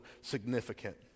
significant